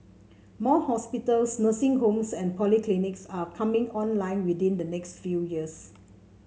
more hospitals nursing homes and polyclinics are coming online within the next few years